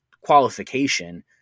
qualification